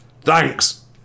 Thanks